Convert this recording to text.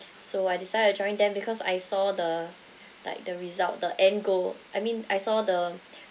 so I decided to join them because I saw the like the result the end goal I mean I saw the